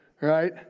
Right